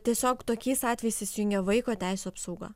tiesiog tokiais atvejais įsijungia vaiko teisių apsauga